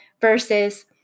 versus